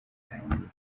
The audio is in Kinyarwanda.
atangiye